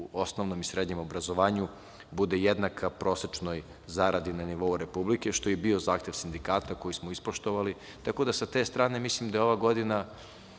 osnovnom i srednjem obrazovanju bude jednaka prosečnoj zaradi na nivou Republike, što je i bio zahtev sindikata koji smo ispoštovali. Tako da sa te strane mislim da je ova godina,